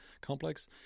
complex